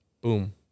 Boom